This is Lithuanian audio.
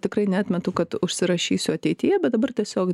tikrai neatmetu kad užsirašysiu ateityje bet dabar tiesiog